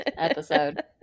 episode